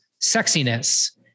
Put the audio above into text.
sexiness